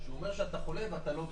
הוא אומר שאתה חולה ואתה לא חולה.